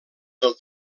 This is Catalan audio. del